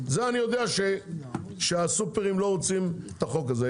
זה אני יודע שהסופרים לא רוצים את החוק הזה.